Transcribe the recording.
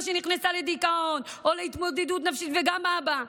שנכנסה לדיכאון או להתמודדות נפשית וגם האבא,